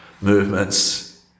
movements